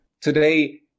today